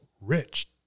rich